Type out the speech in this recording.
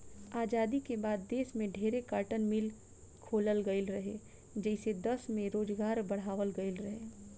आजादी के बाद देश में ढेरे कार्टन मिल खोलल गईल रहे, जेइसे दश में रोजगार बढ़ावाल गईल रहे